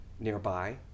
nearby